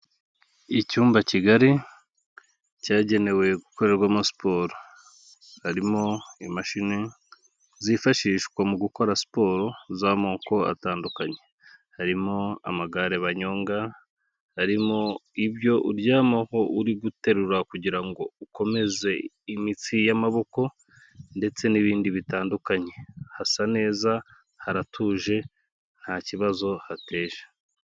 Icyumba kigari, cyagenewe gukorerwamo siporo. Harimo imashini zifashishwa mu gukora siporo, z'amoko atandukanye. Harimo amagare banyonga, harimo ibyo uryamaho uri guterura kugira ngo ukomeze imitsi y'amaboko, ndetse n'ibindi bitandukanye. Hasa neza, haratuje, nta kibazo hateje.